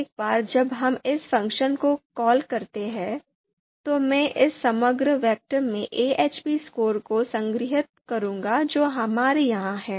एक बार जब हम इस फ़ंक्शन को कॉल करते हैं तो मैं इस समग्र वेक्टर में AHP स्कोर को संग्रहीत करूंगा जो हमारे यहां है